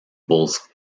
bulls